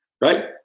right